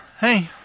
hey